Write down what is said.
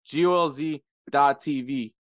golz.tv